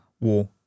War